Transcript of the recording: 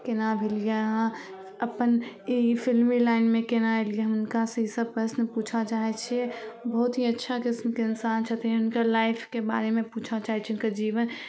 कोना भेलिए अहाँ अपन ई फिलमी लाइनमे कोना अएलिए हुनकासे ईसब प्रश्न पुछऽ चाहै छिए बहुत ही अच्छा किसिमके इन्सान छथिन हुनकर लाइफके बारेमे पुछऽ चाहै छिए हुनकर जीवन